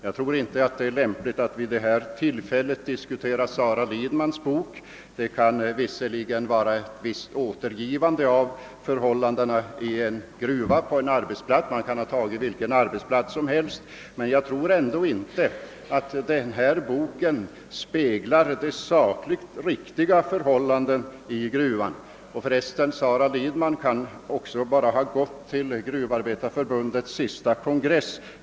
Jag tror inte det är lämpligt att vid detta tillfälle diskutera Sara Lidmans bok; den återger visserligen förhållandena på en arbetsplats, i en gruva — man kunde ha tagit vilken arbetsplats som helst — men jag tror ändå inte att den på ett sakligt riktigt sätt speglar förhållandena i gruvan. För resten kunde Sara Lidman bara ha gått till protokollet från Gruvindustriarbetareförbundets senaste kongress.